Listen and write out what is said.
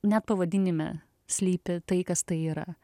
net pavadinime slypi tai kas tai yra